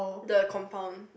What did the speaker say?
the compound